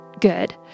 good